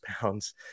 pounds